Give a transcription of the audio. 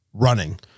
Running